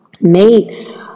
mate